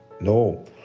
No